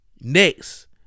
Next